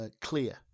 clear